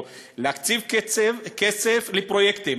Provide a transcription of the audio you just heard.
או להקציב כסף לפרויקטים.